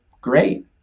great